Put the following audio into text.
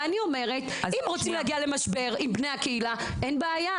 אני אומרת שאם רוצים להגיע למשבר עם בני הקהילה אין בעיה.